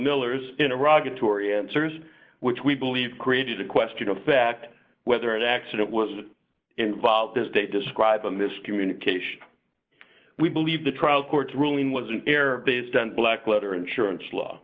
millers in iraq a tory answers which we believe created a question of fact whether an accident was involved as they describe a miscommunication we believe the trial court's ruling was an air base ten black letter insurance law